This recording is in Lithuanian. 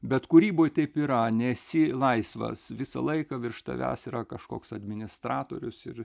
bet kūryboj taip yra nesi laisvas visą laiką virš tavęs yra kažkoks administratorius ir